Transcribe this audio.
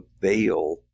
veil